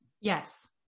Yes